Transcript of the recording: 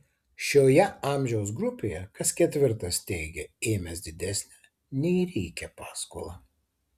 šioje amžiaus grupėje kas ketvirtas teigia ėmęs didesnę nei reikia paskolą